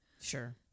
Sure